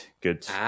good